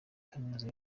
kaminuza